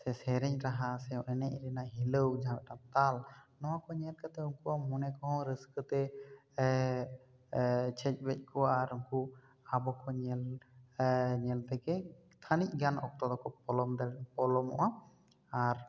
ᱥᱮ ᱥᱮᱨᱮᱧ ᱨᱟᱦᱟ ᱥᱮ ᱮᱱᱮᱡ ᱨᱮᱭᱟᱜ ᱦᱤᱞᱟᱹᱣ ᱡᱟᱦᱟᱸ ᱢᱤᱫ ᱴᱟᱝ ᱛᱟᱞ ᱱᱚᱣᱟ ᱠᱚ ᱧᱮᱞ ᱠᱟᱛᱮ ᱩᱱᱠᱩᱣᱟᱜ ᱢᱚᱱᱮ ᱠᱚᱦᱚᱸ ᱨᱟᱹᱥᱠᱟᱹ ᱛᱮ ᱪᱷᱮᱡ ᱵᱮᱡᱽ ᱠᱚᱜᱼᱟ ᱟᱨ ᱩᱱᱠᱩ ᱟᱵᱚ ᱠᱚ ᱧᱮᱞ ᱧᱮᱞ ᱛᱮᱜᱮ ᱛᱷᱟᱹᱱᱤᱛ ᱜᱟᱱ ᱚᱠᱛᱚ ᱫᱚᱠᱚ ᱯᱚᱞᱚᱢ ᱫᱟᱲᱮ ᱯᱚᱞᱚᱢᱚᱜᱼᱟ ᱟᱨ